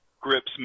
Grips